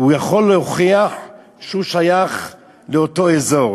הוא יכול להוכיח שהוא שייך לאותו אזור.